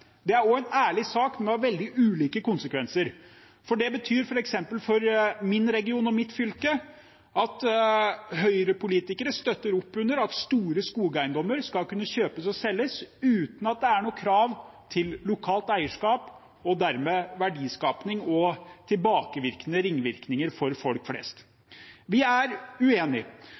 Det er også en ærlig sak, men det har veldig ulike konsekvenser. Det betyr f.eks. for min region og mitt fylke at Høyre-politikere støtter opp under at store skogeiendommer skal kunne kjøpes og selges uten at det er noe krav til lokalt eierskap og dermed verdiskaping og tilbakevirkende ringvirkninger for folk flest. Vi er